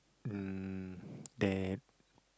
um that